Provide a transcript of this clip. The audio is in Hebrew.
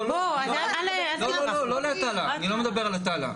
לא, לא, לא, אני לא מדבר על עטאללה.